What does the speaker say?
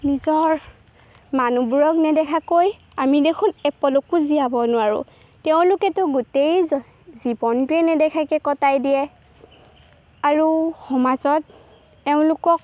নিজৰ মানুহবোৰক নেদেখাকৈ আমি দেখোন এপলকো জীয়াব নোৱাৰোঁ তেওঁলোকেতো গোটেই জীৱনটোৱে নেদেখাকে কটাই দিয়ে আৰু সমাজত এওঁলোকক